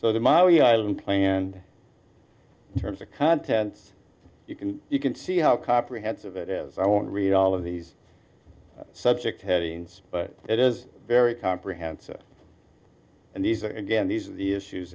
long planned terms of contents you can you can see how comprehensive it is i won't read all of these subject headings but it is very comprehensive and these are again these are the issues